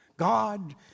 God